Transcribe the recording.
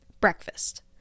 breakfast